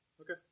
Okay